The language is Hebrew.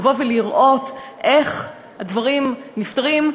לבוא ולראות איך הדברים נפתרים,